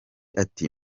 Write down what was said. ati